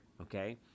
okay